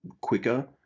quicker